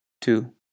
two